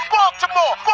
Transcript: Baltimore